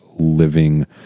living